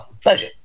pleasure